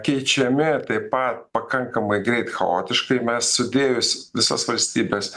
keičiami taip pat pakankamai greit chaotiškai mes sudėjus visas valstybes